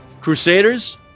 crusaders